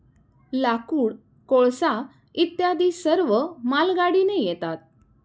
लाकूड, कोळसा इत्यादी सर्व मालगाडीने येतात